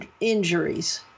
injuries